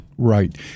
right